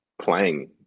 playing